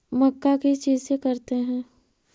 मक्का किस चीज से करते हैं?